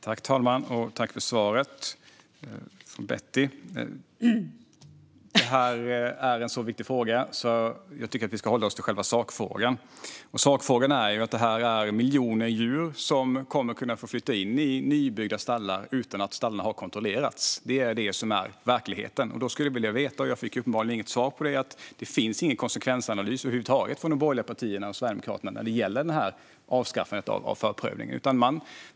Fru talman! Tack för svaret, Betty Malmberg! Det här är en så viktig fråga att jag tycker att vi ska hålla oss till själva sakfrågan. Sakfrågan är att det handlar om miljoner djur som kommer att flytta in i nybyggda stallar utan att stallarna har kontrollerats. Det är verkligheten. Jag fick uppenbarligen inte något svar på den frågan, utan det finns ingen konsekvensanalys över huvud taget från de borgerliga partierna och Sverigedemokraterna när det gäller avskaffandet av förprövning.